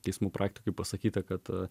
teismų praktikoj pasakyta kad